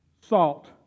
salt